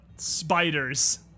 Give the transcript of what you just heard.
spiders